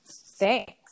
Thanks